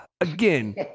again